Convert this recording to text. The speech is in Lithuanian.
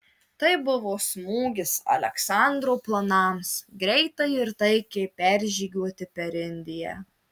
tai buvo smūgis aleksandro planams greitai ir taikiai peržygiuoti per indiją